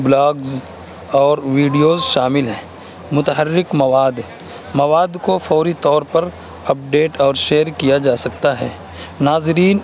blogs اور videos شامل ہیں متحرک مواد مواد کو فوری طور پر اپ ڈیٹ اور شیئر کیا جا سکتا ہے ناظرین